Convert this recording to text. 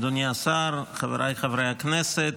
אדוני השר, חבריי חברי הכנסת,